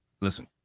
listen